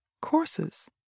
courses